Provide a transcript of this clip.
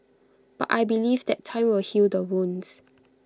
but I believe that time will heal the wounds